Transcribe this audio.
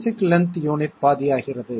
basic length unit பாதியாகிறது